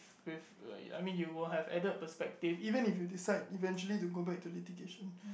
with uh yeah I mean you will have added perspective even if you decide eventually to go back to litigation